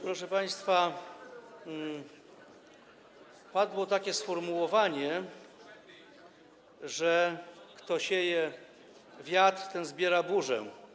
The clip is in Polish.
proszę państwa, padło takie sformułowanie, że kto sieje wiatr, ten zbiera burzę.